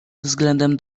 względem